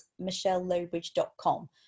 michellelowbridge.com